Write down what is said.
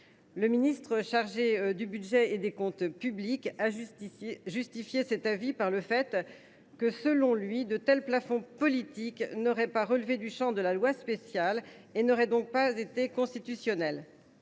Le ministre chargé du budget et des comptes publics a justifié cet avis en arguant que, selon lui, de tels plafonds politiques n’auraient pas relevé du champ de la loi spéciale et n’auraient donc pas été constitutionnels.